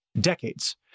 decades